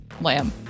Lamb